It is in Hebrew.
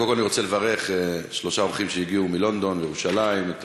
קודם אני רוצה לברך שלושה אורחים שהגיעו מלונדון לירושלים: את